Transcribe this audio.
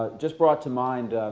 just brought to mind